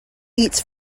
eats